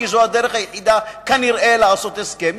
כי זאת הדרך היחידה כנראה לעשות הסכם,